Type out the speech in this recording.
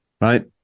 right